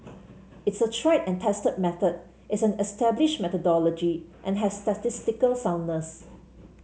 it's a tried and tested method it's an established methodology and has statistical soundness